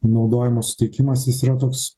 naudojimo suteikimas jis yra toks